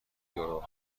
یورو